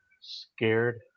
scared